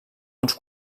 uns